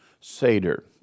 Seder